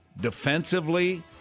defensively